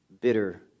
bitter